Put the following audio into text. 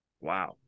Wow